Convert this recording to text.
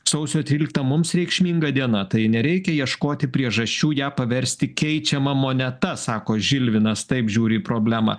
sausio tryliktą mums reikšminga diena tai nereikia ieškoti priežasčių ją paversti keičiama moneta sako žilvinas taip žiūri į problemą